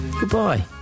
goodbye